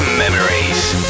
memories